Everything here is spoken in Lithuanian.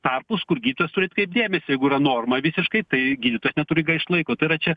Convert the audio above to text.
tarpus kur gydytojas turi atkreipt dėmesį jeigu yra norma visiškai tai gydytojas neturi gaišt laiko tai yra čia